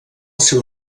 seu